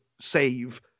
save